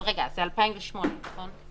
אבל, רגע, זה 2008, נכון?